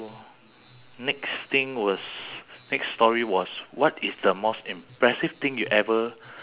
for me I will say um helping others like those elderly